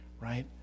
right